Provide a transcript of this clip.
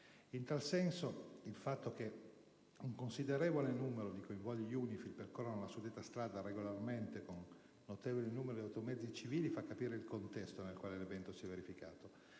In tal senso, il fatto che un considerevole numero di convogli UNIFIL percorrano la suddetta via regolarmente, con un notevole numero di automezzi civili, fa capire il contesto in cui quell'evento si è verificato.